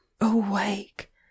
awake